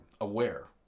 aware